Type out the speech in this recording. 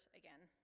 again